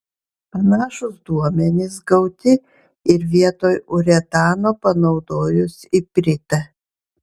panašūs duomenys gauti ir vietoj uretano panaudojus ipritą